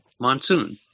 monsoon